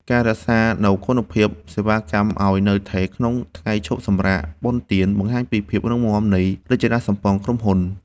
ការរក្សានូវគុណភាពសេវាកម្មឱ្យនៅថេរក្នុងថ្ងៃឈប់សម្រាកបុណ្យទានបង្ហាញពីភាពរឹងមាំនៃរចនាសម្ព័ន្ធក្រុមហ៊ុន។